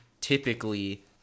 typically